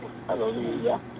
Hallelujah